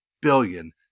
billion